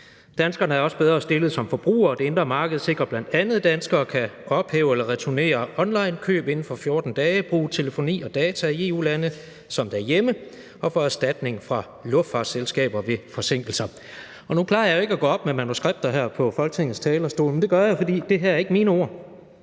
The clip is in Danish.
Danskerne er også bedre stillede som forbrugere, for det indre marked sikrer bl.a., at danskere kan ophæve eller returnere onlinekøb inden for 14 dage, bruge telefoni og data i EU-lande som derhjemme og få erstatning fra luftfartsselskaber ved forsinkelser. Nu plejer jeg ikke at gå op med manuskript her på Folketingets talerstol, men det gør jeg, for det her er ikke mine ord,